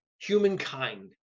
humankind